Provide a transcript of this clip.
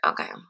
Okay